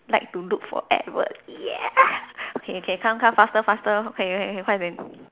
like to look for Edward yeah okay okay come come faster faster K K K 快点